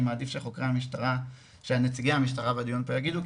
אני מעדיף שחוקרי המשטרה שנציגי המשטרה בדיון פה יגידו,